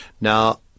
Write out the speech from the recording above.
now